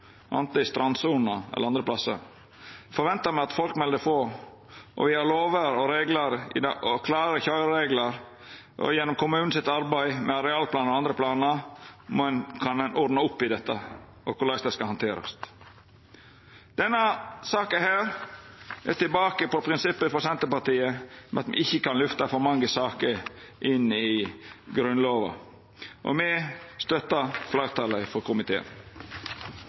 i strandsona eller andre plassar, forventar me at folk melder frå. Me har lovar og klare køyrereglar, og gjennom arbeidet i kommunen med arealplan og andre planar kan ein ordna opp i korleis dette skal handterast. Denne saka går igjen tilbake til prinsippet frå Senterpartiet om at me ikkje kan lyfta for mange saker inn i Grunnlova, og me støttar fleirtalet i komiteen.